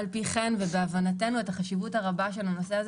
ועל-פי הבנתנו את החשיבות הרבה של הנושא,